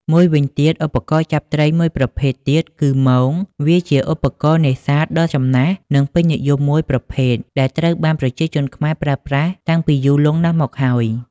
មួយវិញទៀតឧបករណ៍ចាប់ត្រីមួយប្រភេទទៀតគឺមង វាជាឧបករណ៍នេសាទដ៏ចំណាស់និងពេញនិយមមួយប្រភេទ ដែលត្រូវបានប្រជាជនខ្មែរប្រើប្រាស់តាំងពីយូរលង់ណាស់មកហើយ។